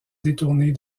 détourner